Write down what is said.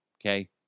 okay